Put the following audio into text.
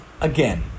again